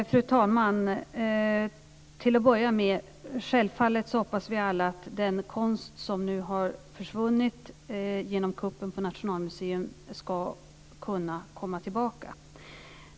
Fru talman! Till att börja med hoppas vi alla självfallet att den konst som har försvunnit genom kuppen på Nationalmuseum ska kunna komma tillbaka.